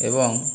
এবং